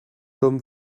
comme